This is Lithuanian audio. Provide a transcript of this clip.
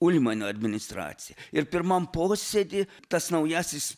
ulmanio administracija ir pirmam posėdy tas naujasis